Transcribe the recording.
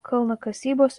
kalnakasybos